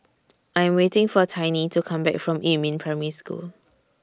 I Am waiting For Tiny to Come Back from Yumin Primary School